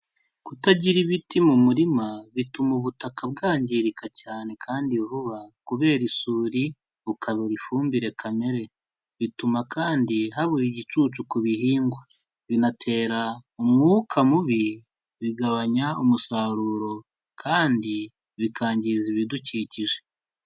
Kutagira ibiti mu murima bituma ubutaka bwangirika cyane kandi vuba, kubera isuri bukabura ifumbire kamere, bituma kandi habura igicucu ku bihingwa, binatera umwuka mubi, bigabanya umusaruro kandi bikangiza ibidukikije.